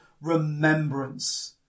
remembrance